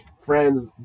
friends